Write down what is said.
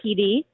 PD